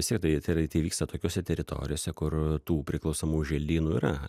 vis vien tai tai yra tai vyksta tokiose teritorijose kur tų priklausomųjų želdynų yra